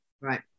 Right